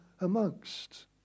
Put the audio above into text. amongst